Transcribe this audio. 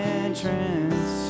entrance